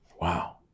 Wow